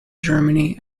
germany